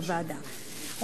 על הוועדה,